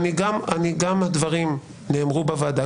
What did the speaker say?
הדברים נאמרו בוועדה,